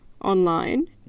online